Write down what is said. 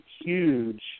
huge